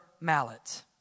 mallet